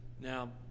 Now